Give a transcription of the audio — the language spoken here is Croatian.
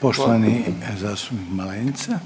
**Reiner,